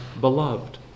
beloved